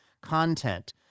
content